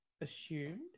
assumed